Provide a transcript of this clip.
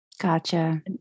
Gotcha